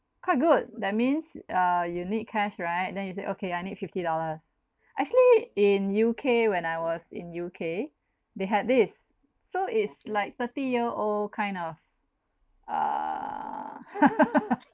quite good that means uh you need cash right then you said okay I need fifty dollars actually in U_K when I was in U_K they had this so it's like thirty year old kind of uh